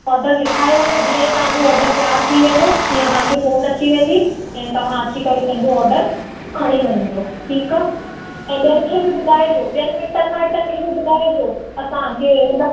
order लिखाए वञो जीअं ई तव्हांजो ऑडर तियारु थी वेंदो तीअं तव्हांखे फोन अची वेंदी ऐं तव्हां अची करे पंहिंजो ऑडर खणी वञिजो ठीकु आहे ऐं ॿियनि खे बि ॿुधाइजो ॿियनि मिटनि माइटनि खे बि ॿुधाइजो असां कि मन